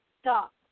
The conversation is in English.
Stop